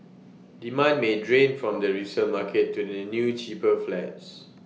demand may drain from the resale market to the new cheaper flats